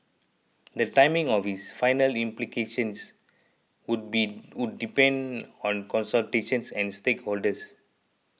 the timing of its final implementations would be would depend on consultations and stakeholders